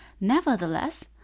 Nevertheless